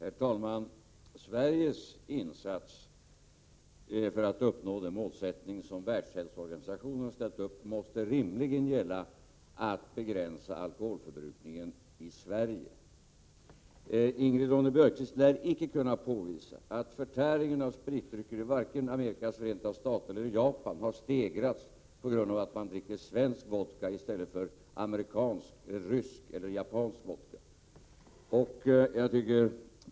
Herr talman! Sveriges insatser för att uppnå den målsättning som Världshälsoorganisationen har ställt upp måste rimligen gälla att begränsa alkoholförbrukningen i Sverige. Ingrid Ronne-Björkqvist lär icke kunna påvisa att förtäringen av spritdrycker i vare sig Amerikas förenta stater eller Japan har stegrats på grund av att man där dricker svensk vodka i stället för amerikansk, rysk eller japansk vodka.